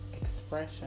expression